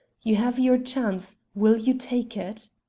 you have your chance. will you take it?